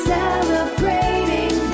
Celebrating